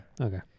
Okay